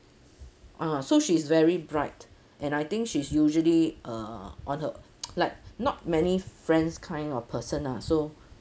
ah so she's very bright and I think she's usually err on her like not many friends kind of person ah so